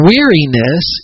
Weariness